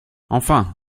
enfin